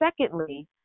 Secondly